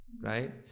right